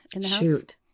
Shoot